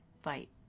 fight